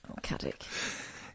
Caddick